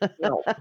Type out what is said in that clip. no